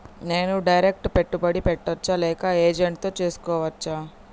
నేను డైరెక్ట్ పెట్టుబడి పెట్టచ్చా లేక ఏజెంట్ తో చేస్కోవచ్చా?